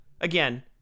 Again